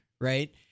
right